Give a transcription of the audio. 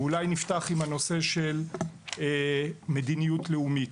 ואולי נפתח עם הנושא של מדיניות לאומית.